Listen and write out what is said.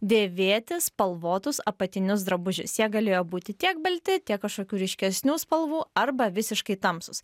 dėvėti spalvotus apatinius drabužius jie galėjo būti tiek balti tiek kažkokių ryškesnių spalvų arba visiškai tamsūs